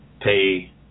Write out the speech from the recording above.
pay